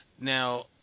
Now